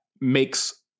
makes